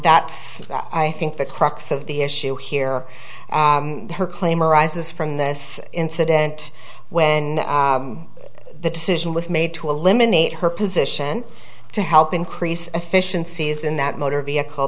that i think the crux of the issue here her claim arises from this incident when the decision was made to eliminate her position to help increase efficiencies in that motor vehicle